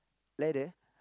ladder